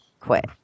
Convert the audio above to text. quit